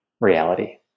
reality